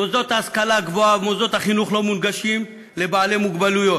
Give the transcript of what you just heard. מוסדות להשכלה גבוהה ומוסדות החינוך לא מונגשים לבעלי מוגבלויות,